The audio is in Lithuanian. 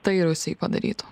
tai rusijai padarytų